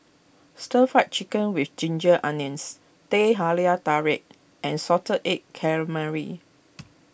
Stir Fry Chicken with Ginger Onions Teh Halia Tarik and Salted Egg Calamari